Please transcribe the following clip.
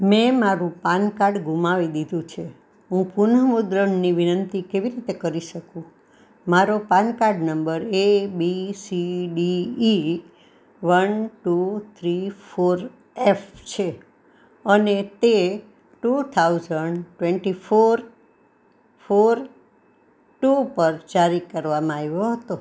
મે મારું પાનકાડ ગુમાવી દીધું છે હું પુનઃ મુદ્રણની વિનંતી કેવી રીતે કરી શકું મારો PAN card number A B C D E one two three four F છે અને તે two thousand twenty four four two પર જારી કરવામાં આવ્યો હતો